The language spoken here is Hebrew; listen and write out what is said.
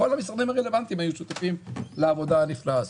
כל המשרדים הרלוונטיים היו שותפים לעבודה הנפלאה הזאת.